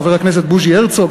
חבר הכנסת בוז'י הרצוג,